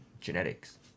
genetics